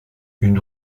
une